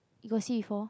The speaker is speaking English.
you got see before